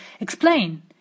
explain